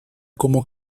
como